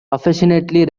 affectionately